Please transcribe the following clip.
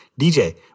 DJ